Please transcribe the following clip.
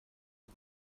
chi